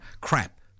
Crap